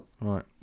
Right